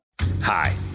Hi